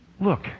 look